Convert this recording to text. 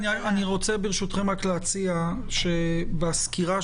רע אבל אני יכול להבטיח לך שזה צירוף